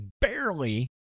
barely